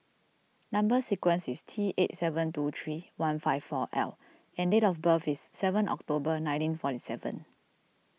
Number Sequence is T eight seven two three one five four L and date of birth is seven October nineteen forty seven